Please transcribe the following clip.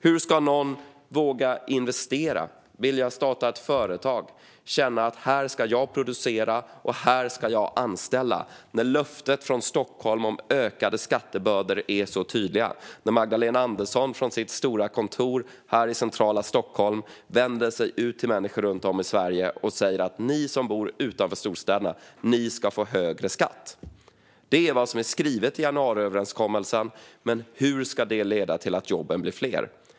Hur ska någon våga investera, vilja starta ett företag och känna att "här ska jag producera, och här ska jag anställa" när löftet från Stockholm om ökade skattebördor är så tydligt? Magdalena Andersson, i sitt stora kontor här i centrala Stockholm, vänder sig till människor runt om i Sverige och säger: Ni som bor utanför storstäderna ska få högre skatt. Det är vad som är skrivet i januariöverenskommelsen. Hur ska det leda till att jobben blir fler?